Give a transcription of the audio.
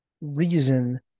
reason